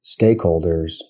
stakeholders